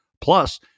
plus